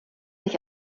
sich